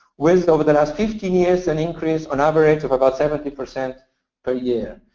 with over the last fifteen years, an increase on average of about seventy percent per year,